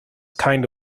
kinda